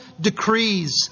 decrees